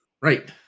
Right